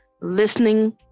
listening